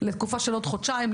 לתקופה של עוד חודשיים,